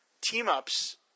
team-ups